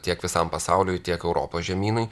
tiek visam pasauliui tiek europos žemynui